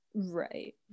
Right